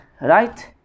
right